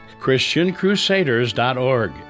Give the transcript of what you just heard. ChristianCrusaders.org